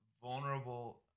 vulnerable